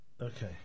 Okay